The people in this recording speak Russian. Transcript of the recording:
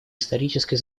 исторической